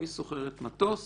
והיא שוכרת מטוס